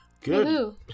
Good